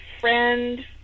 friend